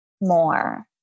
more